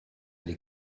des